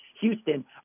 Houston